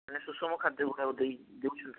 ମାନେ ସୁଷମ ଖାଦ୍ୟଗୁଡ଼ାକ ଦେଇ ଦେଉଛନ୍ତି ସାର୍